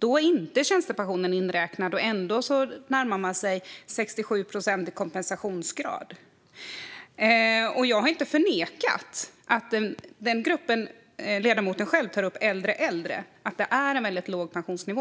är inte tjänstepensionen inräknad, och man närmar sig ändå 67 procent i kompensationsgrad. Jag har inte förnekat att den grupp som ledamoten själv tar upp, äldre äldre, har en väldigt låg pensionsnivå.